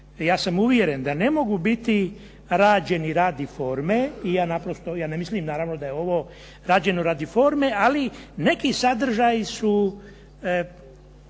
ja sam uvjeren da ne mogu biti rađeni radi forme i ja naprosto, ja ne mislim naravno da je ovo rađeno radi forme, ali neki sadržaji su,